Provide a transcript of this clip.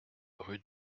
rue